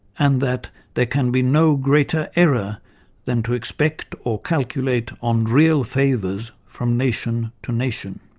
and that there can be no greater error than to expect or calculate on real favours from nation to nation.